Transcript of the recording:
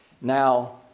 Now